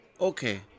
Okay